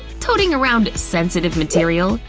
toting around sensitive materials?